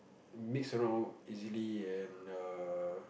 mix around easily and err